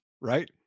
right